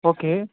okay